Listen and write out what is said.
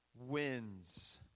wins